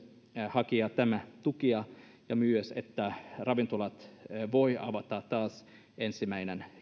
hakea tätä tukea ja että ravintolat voivat avata taas ensimmäinen